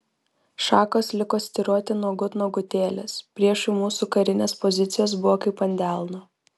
šakos liko styroti nuogut nuogutėlės priešui mūsų karinės pozicijos buvo kaip ant delno